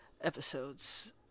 episodes